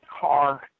car